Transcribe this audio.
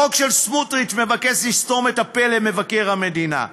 החוק של סמוטריץ מבקש לסתום את הפה למבקר המדינה.